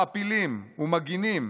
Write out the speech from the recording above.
מעפילים ומגינים,